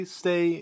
stay